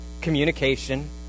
communication